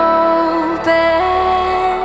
open